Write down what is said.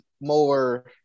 more